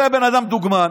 זה בן אדם דוגמן,